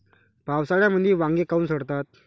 पावसाळ्यामंदी वांगे काऊन सडतात?